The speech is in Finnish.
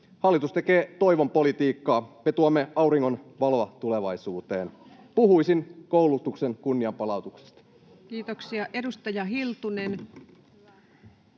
Hallitus tekee toivon politiikkaa. Me tuomme auringonvaloa tulevaisuuteen. Puhuisin koulutuksen kunnianpalautuksesta. Kiitoksia. — Edustaja Hiltunen.